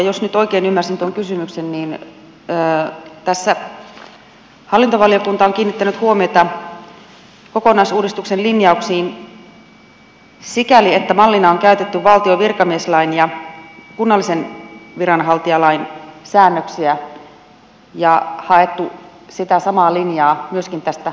jos nyt oikein ymmärsin tuon kysymyksen niin tässä hallintovaliokunta on kiinnittänyt huomiota kokonaisuudistuksen linjauksiin sikäli että mallina on käytetty valtion virkamieslain ja kunnallisen viranhaltijalain säännöksiä ja on haettu sitä samaa linjaa myöskin tästä muutoksenhakukiellosta